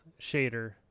shader